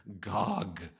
Gog